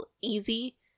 easy